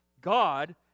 God